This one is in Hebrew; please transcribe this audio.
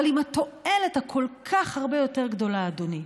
אבל עם התועלת הכל-כך הרבה יותר גדולה, אדוני.